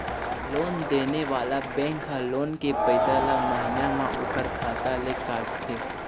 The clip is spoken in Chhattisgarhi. लोन देने वाला बेंक ह लोन के पइसा ल महिना म ओखर खाता ले काटथे